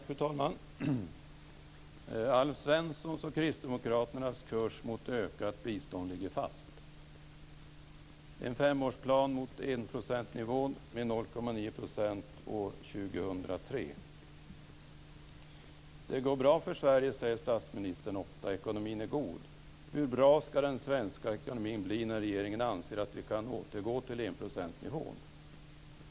Fru talman! Alf Svenssons och kristdemokraternas kurs mot ökat bistånd ligger fast. Vi har en femårsplan mot enprocentsnivån med 0,9 % år 2003. Det går bra för Sverige, säger statsministern ofta. Ekonomin är god. Hur bra ska den svenska ekonomin bli innan regeringen anser att vi kan återgå till enprocentsnivån?